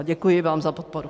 Děkuji vám za podporu.